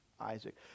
Isaac